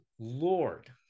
Lord